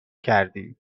کردی